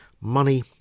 Money